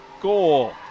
goal